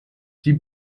die